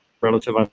relative